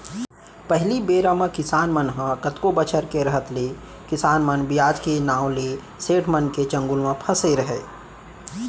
पहिली बेरा म किसान मन ह कतको बछर के रहत ले किसान मन बियाज के नांव ले सेठ मन के चंगुल म फँसे रहयँ